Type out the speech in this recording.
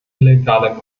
illegaler